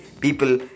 people